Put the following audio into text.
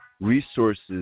resources